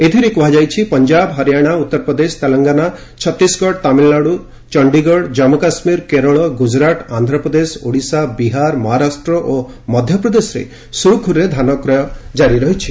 ଏଥିରେ କୁହାଯାଇଛି ପଞ୍ଜାବ ହରିୟାଣା ଉତ୍ତର ପ୍ରଦେଶ ତେଲଙ୍ଗନା ଛତିଶଗଡ଼ ତାମିଲନାଡୁ ଚଣ୍ଡୀଗଡ଼ ଜାମ୍ମୁ କାଶ୍କୀର କେରଳ ଗୁକୁରାଟ୍ ଆନ୍ଧ୍ରପ୍ରଦେଶ ଓଡ଼ିଶା ବିହାର ମହାରାଷ୍ଟ୍ର ଓ ମଧ୍ୟପ୍ରଦେଶରେ ସୁରୁଖୁରୁରେ ଧାନ କ୍ରୟ କାରି ରହିଛି